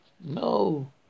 No